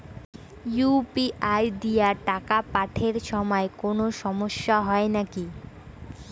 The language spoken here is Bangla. ইউ.পি.আই দিয়া টাকা পাঠের সময় কোনো সমস্যা হয় নাকি?